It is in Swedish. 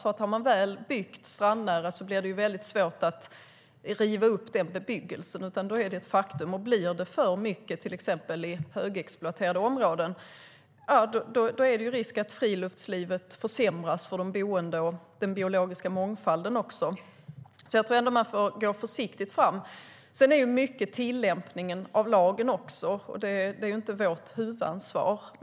Har det väl byggts strandnära blir det väldigt svårt att riva den bebyggelsen. Har det byggts för mycket i högexploaterade områden, då är det risk för att friluftslivet försämras för de boende, och det gäller även den biologiska mångfalden. Här får man nog gå försiktigt fram. Tillämpningen av lagen är ju inte vårt huvudansvar.